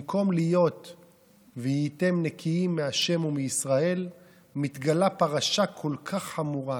במקום להיות "והייתם נקיים מה' ומישראל" מתגלה פרשה כל כך חמורה,